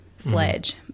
Fledge